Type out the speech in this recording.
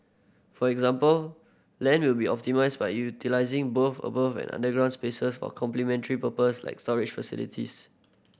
for example land will be optimised by utilising both above and underground spaces for complementary purposes like storage facilities